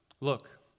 look